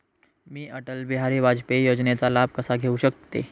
मी अटल बिहारी वाजपेयी योजनेचा लाभ कसा घेऊ शकते?